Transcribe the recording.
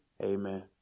Amen